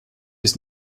ist